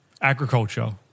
Agriculture